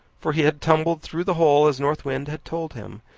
for he had tumbled through the hole as north wind had told him,